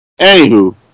Anywho